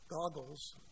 goggles